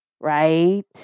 right